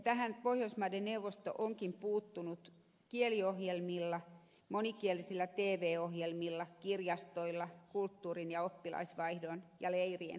tähän pohjoismaiden neuvosto onkin puuttunut kieliohjelmilla monikielisillä tv ohjelmilla kirjastoilla kulttuurin oppilasvaihdon ja leirien keinoin